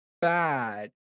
bad